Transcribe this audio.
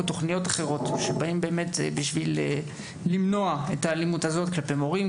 ותוכניות אחרות שבאות באמת בשביל למנוע את האלימות הזאת כלפי מורים,